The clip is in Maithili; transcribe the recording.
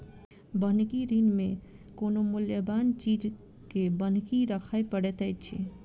बन्हकी ऋण मे कोनो मूल्यबान चीज के बन्हकी राखय पड़ैत छै